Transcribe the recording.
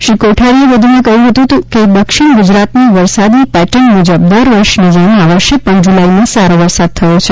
શ્રી કોઠારીએ વધુમાં કહ્યું હતું કે દક્ષિણ ગુજરાતની વરસાદની પેટર્ન મુજબ દર વર્ષની જેમ આ વર્ષે પણ જુલાઇમાં સારો વરસાદ થયો છે